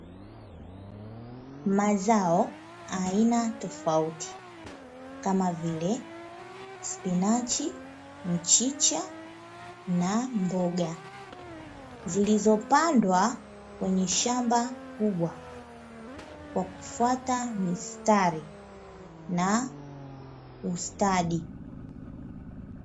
Mazao aina tofauti kama vile, spinachi mchicha na mboga zilizopandwa kwenye shamba kubwa sana kwa kufuata mistari na ustadi